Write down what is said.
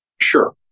Sure